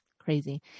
crazy